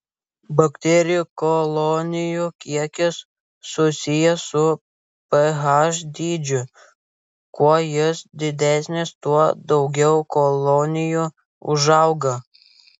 bakterijų kolonijų kiekis susijęs su ph dydžiu kuo jis didesnis tuo daugiau kolonijų užauga